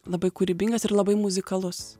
labai kūrybingas ir labai muzikalus